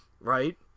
Right